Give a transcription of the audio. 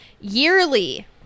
Yearly